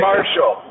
Marshall